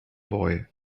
boy